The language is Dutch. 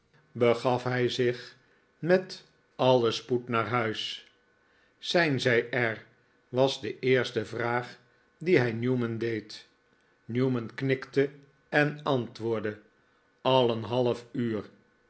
gaf hij zich met alien spoed naar huis zijn zij er was de eerste vraag die hij newman deed newman knikte en antwoordde a een half uur